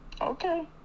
Okay